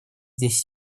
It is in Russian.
здесь